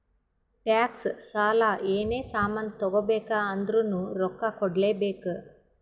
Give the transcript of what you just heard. tax, ಸಾಲ, ಏನೇ ಸಾಮಾನ್ ತಗೋಬೇಕ ಅಂದುರ್ನು ರೊಕ್ಕಾ ಕೂಡ್ಲೇ ಬೇಕ್